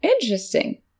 interesting